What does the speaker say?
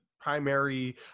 primary